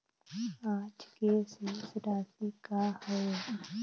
आज के शेष राशि का हवे?